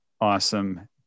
awesome